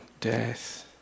death